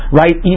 right